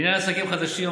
לעניין עסקים חדשים,